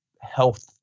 health